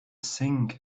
sink